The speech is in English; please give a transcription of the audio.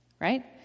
Right